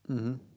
mmhmm